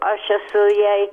aš esu jai